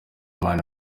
imana